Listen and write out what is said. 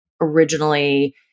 originally